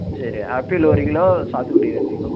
சரி ஆப்பிள் ஒரு கிலோ சாத்துக்குடி ரெண்டு கிலோ